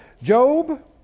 Job